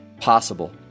possible